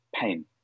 pain